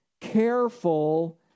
careful